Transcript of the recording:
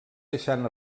deixant